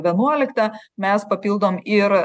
vienuoliktą mes papildom ir